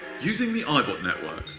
using the eyebot network,